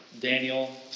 Daniel